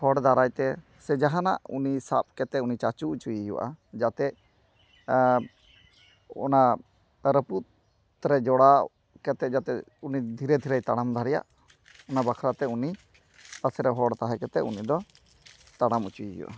ᱦᱚᱲ ᱫᱟᱨᱟᱭᱛᱮ ᱥᱮ ᱡᱟᱦᱟᱱᱟᱜ ᱩᱱᱤ ᱥᱟᱵ ᱠᱮᱛᱮᱫ ᱩᱱᱤ ᱪᱟᱪᱳ ᱚᱪᱚᱭᱮ ᱦᱩᱭᱩᱜᱼᱟ ᱡᱟᱛᱮ ᱚᱱᱟ ᱨᱟᱹᱯᱩᱫᱨᱮ ᱡᱚᱲᱟᱣ ᱠᱟᱛᱮᱫ ᱡᱟᱛᱮ ᱩᱱᱤ ᱫᱷᱤᱨᱮ ᱫᱷᱤᱨᱮᱭ ᱛᱟᱲᱟᱢ ᱫᱟᱲᱮᱭᱟᱜ ᱚᱱᱟ ᱵᱟᱠᱷᱨᱟᱛᱮ ᱩᱱᱤ ᱯᱟᱥᱮᱨᱮ ᱦᱚᱲ ᱛᱟᱦᱮᱸ ᱠᱟᱛᱮᱫ ᱩᱱᱤᱫᱚ ᱛᱟᱲᱟᱢ ᱚᱪᱚᱭᱮ ᱦᱩᱭᱩᱜᱼᱟ